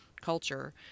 culture